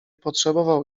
potrzebował